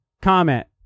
comment